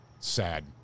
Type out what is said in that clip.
sad